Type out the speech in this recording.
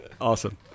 Awesome